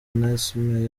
onesme